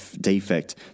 defect